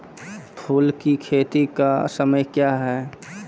फुल की खेती का समय क्या हैं?